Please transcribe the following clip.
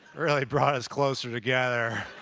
really brought us closer together.